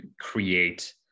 create